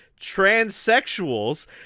transsexuals